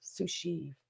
Sushi